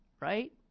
right